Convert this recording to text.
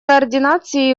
координации